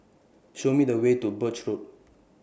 Show Me The Way to Birch Road